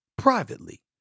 privately